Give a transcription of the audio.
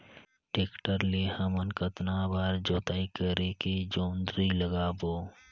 Tractor ले हमन कतना बार जोताई करेके जोंदरी लगाबो?